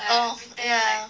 oh ya